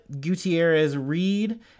Gutierrez-Reed